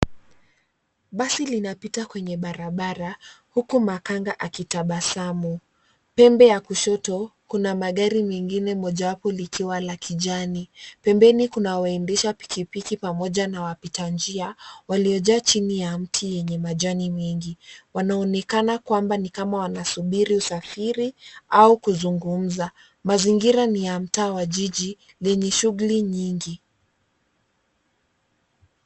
Basi linapita kwenye barabara huku makanga akitabasamu. Pembe ya kushoto kuna magari mengine mojawapo likiwa la kijani. Pembeni kuna waendesha pikipiki pamoja na wapita njia waliojaa chini ya mti yenye majani mingi. Wanaonekana kwamba ni kama wanasubiri usafiri au kuzungumza. Mazingira ni ya mtaa wa jiji lenye shughuli nyingi.